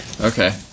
Okay